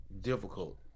difficult